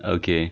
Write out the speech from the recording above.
okay